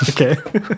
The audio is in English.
Okay